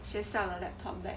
学校的 laptop bag